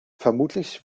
vermutlich